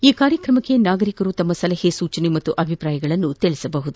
ಈ ಕಾರ್ಯಕ್ರಮಕ್ಕೆ ನಾಗರಿಕರು ತಮ್ಮ ಸಲಹೆ ಸೂಚನೆ ಮತ್ತು ಅಭಿಪ್ರಾಯಗಳನ್ನು ತಿಳಿಸಬಹುದಾಗಿದೆ